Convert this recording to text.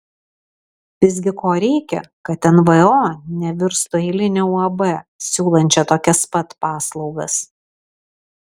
visgi ko reikia kad nvo nevirstų eiline uab siūlančia tokias pat paslaugas